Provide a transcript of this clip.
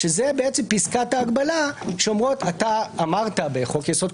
שזה בעצם פסקת ההגבלה שאומרות שאתה אמרת בחוק יסוד: